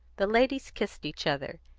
the ladies kissed each other.